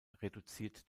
reduziert